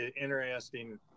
interesting